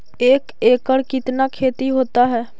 एक एकड़ कितना खेति होता है?